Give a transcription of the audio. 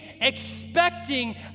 expecting